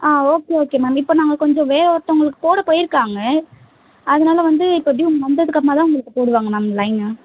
ஆ okay okay ma'am இப்போ நாங்கள் கொஞ்சம் வேறு ஒருத்தவர்களுக்கு போட போயிருக்காங்க அதனால வந்து இப்போ எப்படியும் அவங்க வந்ததுக்கப்புறமாக தான் உங்களுக்கு போடுவாங்க மேம் லைனு